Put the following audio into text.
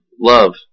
love